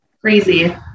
crazy